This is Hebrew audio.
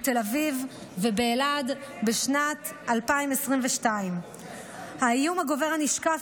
בתל אביב ובאלעד בשנת 2022. האיום הגובר הנשקף